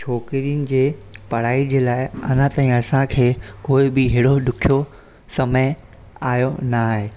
छोकिरिनि जे पढ़ाई जे लाइ अञां ताईं असांखे कोई बि अहिड़ो ॾुखियो समय आयो न आहे